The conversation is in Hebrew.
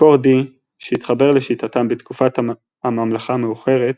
מקור D, שהתחבר לשיטתם בתקופת המלוכה המאוחרת,